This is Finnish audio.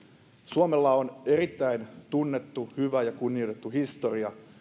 suomella on erittäin tunnettu hyvä ja kunnioitettu historia